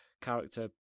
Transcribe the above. character